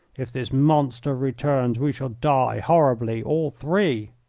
if this monster returns we shall die horribly, all three.